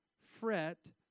fret